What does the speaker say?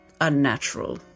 unnatural